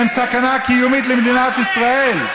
הם סכנה קיומית למדינת ישראל.